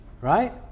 right